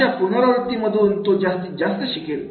अशा पुनरावृत्ती मधून तो जास्तीत जास्त शिकेल